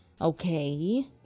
okay